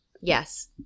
Yes